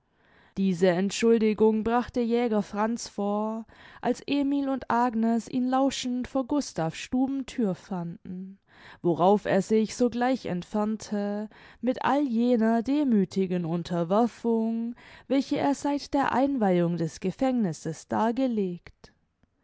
diese entschuldigung brachte jäger franz vor als emil und agnes ihn lauschend vor gustav's stubenthür fanden worauf er sich sogleich entfernte mit all jener demüthigen unterwerfung welche er seit der einweihung des gefängnisses dargelegt